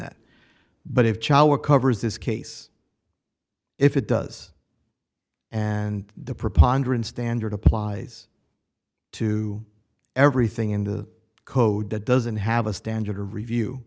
that but if child were covers this case if it does and the preponderance standard applies to everything in the code that doesn't have a standard to review